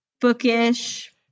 Bookish